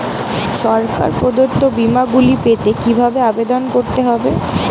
সরকার প্রদত্ত বিমা গুলি পেতে কিভাবে আবেদন করতে হবে?